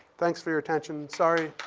thanks for your attention. sorry